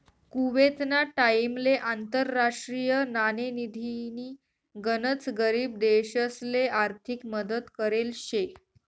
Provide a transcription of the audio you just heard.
कुवेतना टाइमले आंतरराष्ट्रीय नाणेनिधीनी गनच गरीब देशसले आर्थिक मदत करेल शे